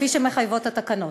כפי שמחייבות התקנות.